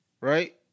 Right